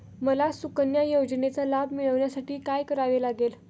मला सुकन्या योजनेचा लाभ मिळवण्यासाठी काय करावे लागेल?